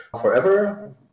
forever